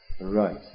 Right